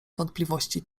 wątpliwości